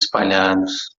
espalhados